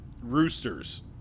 Roosters